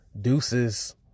Deuces